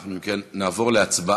אנחנו, אם כן, נעבור להצבעה